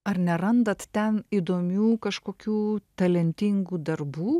ar nerandat ten įdomių kažkokių talentingų darbų